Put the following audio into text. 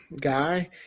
guy